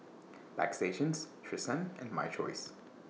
Bagstationz Tresemme and My Choice